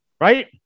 Right